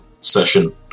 session